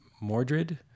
Mordred